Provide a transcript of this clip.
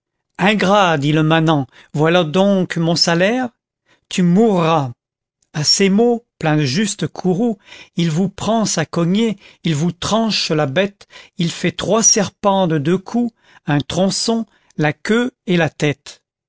t le manant voilà donc mon salaire tu mourras a ces mots plein d'un juste courroux il vous prend sa cognée il vous tranclwj la bétc il fait trois serpents de deux coups un tronçon la queue et la tête